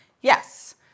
Yes